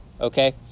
Okay